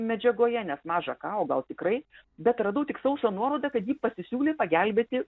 medžiagoje nes maža ką o gal tikrai bet radau tik sausą nuorodą kad ji pasisiūlė pagelbėti